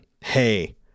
Hey